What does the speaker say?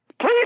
Please